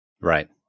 Right